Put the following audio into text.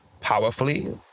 powerfully